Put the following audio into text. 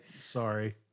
Sorry